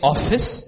Office